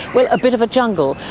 well, a bit of a jungle,